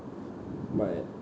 but